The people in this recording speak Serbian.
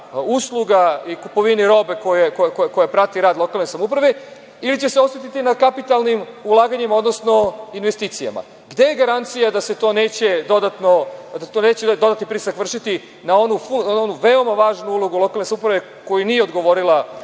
usluga i kupovini robe koja prati rad lokalne samouprave ili će se osetiti na kapitalnim ulaganjima, odnosno investicijama? Gde je garancija da to neće dodatno pritisak vršiti na onu veoma važnu ulogu lokalne samouprave, koju nije odgovorila